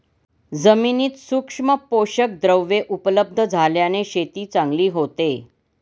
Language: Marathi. जमिनीत सूक्ष्म पोषकद्रव्ये उपलब्ध झाल्याने शेती चांगली होते